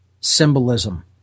symbolism